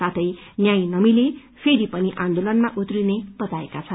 साथै न्याय नमिले फेरि पनि आन्दोलनमा उत्रिने बताएका छन्